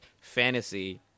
fantasy